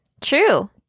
True